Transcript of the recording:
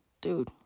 dude